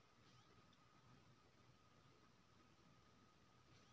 महीना महीना सावधि जमा पर ब्याज मिल सके छै?